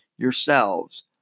yourselves